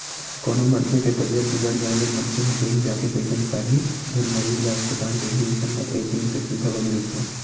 कोनो मनखे के तबीयत बिगड़ जाय ले मनखे ह बेंक जाके पइसा निकालही धुन मरीज ल अस्पताल लेगही अइसन म ए.टी.एम के सुबिधा बने रहिथे